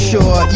Sure